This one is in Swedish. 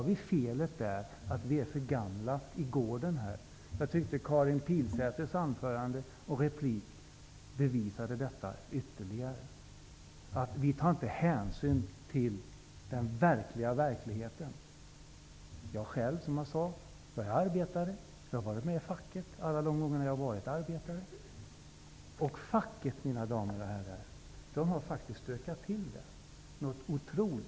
Är felet att vi är för gamla? Jag tycker att Karin Pilsäters anförande och repliker bevisade detta. Vi tar inte hänsyn till verkligheten. Jag har själv, som jag sade, varit arbetare. Jag har varit med i facket under alla de år jag har varit arbetare. Och facket, mina damer och herrar, har faktiskt stökat till det något otroligt.